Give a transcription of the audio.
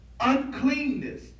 uncleanness